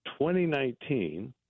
2019